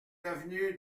avenue